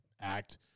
act